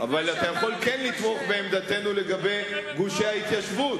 אבל אתה יכול כן לתמוך בעמדתנו לגבי גושי ההתיישבות,